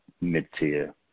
mid-tier